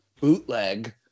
bootleg